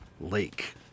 lake